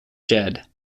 jed